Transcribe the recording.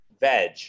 veg